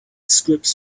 scripts